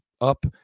up